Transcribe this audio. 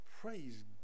Praise